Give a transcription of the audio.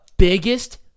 Biggest